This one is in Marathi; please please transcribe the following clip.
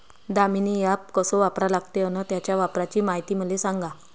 दामीनी ॲप कस वापरा लागते? अन त्याच्या वापराची मायती मले सांगा